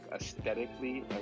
aesthetically